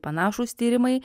panašūs tyrimai